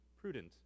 prudent